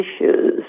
issues